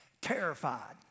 Terrified